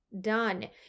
done